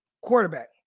quarterback